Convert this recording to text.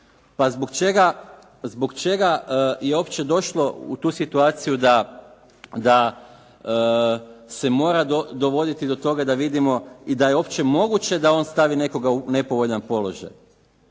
zbog čega je uopće došlo u tu situaciju da se mora dovoditi do toga da vidimo i da je uopće moguće da on stavi nekoga u nepovoljan položaj.